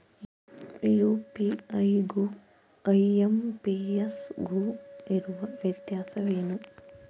UPI ಗು IMPS ಗು ಇರುವ ವ್ಯತ್ಯಾಸವೇನು?